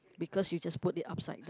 because you just put it upside down